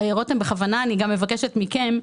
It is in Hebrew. אני מבקשת גם מכם,